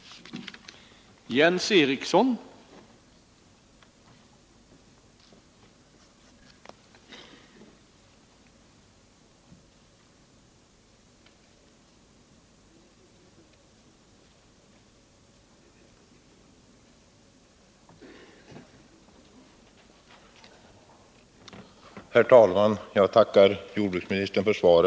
Om ett konidem: